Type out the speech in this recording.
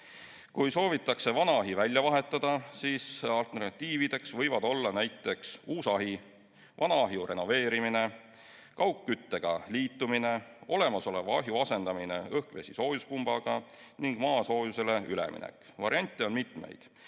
Kui soovitakse vana ahi välja vahetada, siis alternatiivideks võivad olla näiteks uus ahi, vana ahju renoveerimine, kaugküttega liitumine, olemasoleva ahju asendamine õhk-vesisoojuspumbaga ning maasoojusele üleminek. Variante on mitmeid.